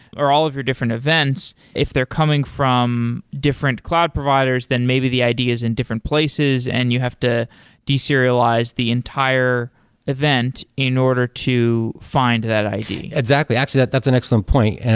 or all of your different events, if they're coming from different cloud providers then maybe the idea is in different places and you have to deserialize the entire event, in order to find that id exactly. actually, that that's an excellent point. and